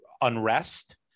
unrest